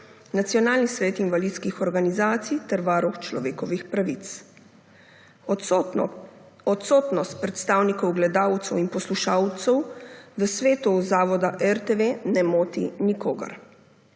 Nacionalni svet invalidskih organizacij ter Varuh človekovih pravic. Odsotnost predstavnikov gledalcev in poslušalcev v svetu zavoda RTV ne moti nikogar.